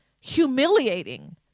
humiliating